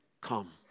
come